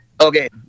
Okay